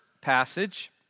passage